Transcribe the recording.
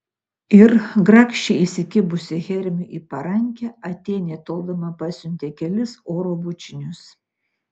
ir grakščiai įsikibusi hermiui į parankę atėnė toldama pasiuntė kelis oro bučinius